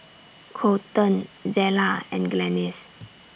Colten Zella and Glennis